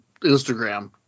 Instagram